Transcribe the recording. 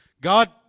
God